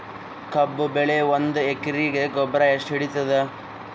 ಕಬ್ಬು ಬೆಳಿ ಒಂದ್ ಎಕರಿಗಿ ಗೊಬ್ಬರ ಎಷ್ಟು ಹಿಡೀತದ?